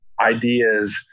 ideas